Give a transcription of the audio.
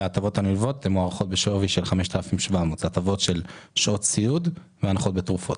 וההטבות הנלוות מוערכות בשווי של 5,700. אלה הטבות של שעות סיעוד והנחות בתרופות.